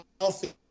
healthy